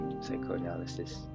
psychoanalysis